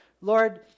Lord